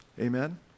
Amen